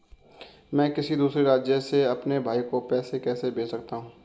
मैं किसी दूसरे राज्य से अपने भाई को पैसे कैसे भेज सकता हूं?